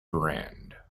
brand